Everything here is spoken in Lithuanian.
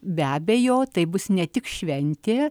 be abejo tai bus ne tik šventė